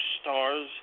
stars